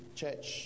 church